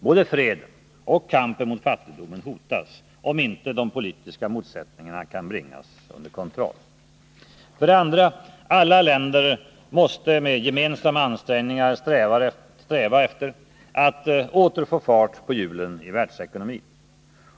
Både freden och kampen mot fattigdomen hotas, om inte de politiska motsättningarna kan bringas under kontroll. För det andra: Alla länder måste med gemensamma ansträngningar sträva efter att åter få fart på hjulen i världsekonomin.